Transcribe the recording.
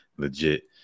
legit